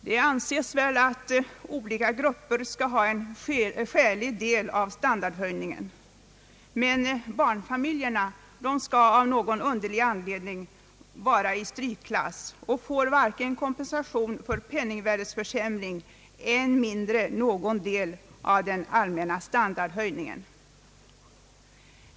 Det anses väl att alla grupper skall ha en skälig del av standardhöjningen, men barnfamiljerna skall av någon underlig anledning stå i strykklass och får inte någon kompensation vare sig för penningvärdeförsämring eller för någon del av den allmänna standardhöjningen.